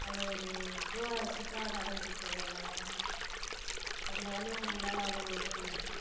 அவ்வளோ ஒரு இதுவாக சீப்பாக நடக்குது இப்போ எல்லா வேலையுமே எந்த வேலையும் எங்களால் அவ்வளோ இது பண்ண முடியல